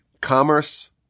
commerce